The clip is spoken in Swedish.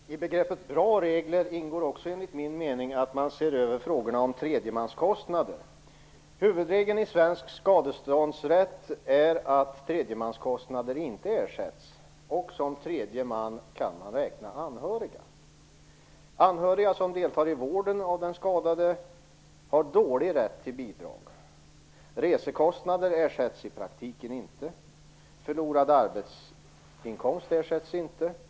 Herr talman! I begreppet bra regler ingår också enligt min mening att man ser över frågorna om tredjemanskostnader. Huvudregeln i svensk skadeståndsrätt är att tredjemanskostnaden inte ersätts, och som tredje man kan man räkna anhöriga. Anhöriga som deltar i vården av den skadade har dålig rätt till bidrag. Resekostnader ersätts i praktiken inte, förlorad arbetsinkomst ersätts inte.